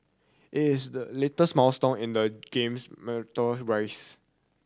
it is the latest milestone in the game's meteoric wise